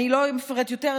אני לא אפרט יותר,